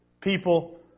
people